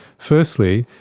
firstly,